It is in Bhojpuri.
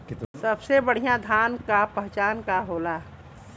सबसे बढ़ियां धान का पहचान का होला?